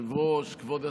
כבוד השרים,